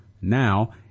Now